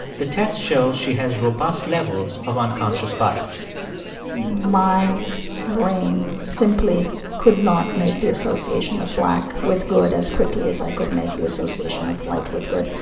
the tests show she has robust levels of unconscious bias my brain simply could not make the association of black with good as quickly as i could make the association of white with good.